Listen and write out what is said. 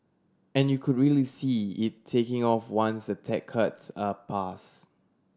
and you could really see it taking off once the tax cuts are pass